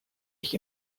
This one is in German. ich